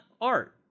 Art